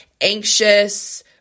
anxious